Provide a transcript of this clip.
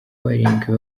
barindwi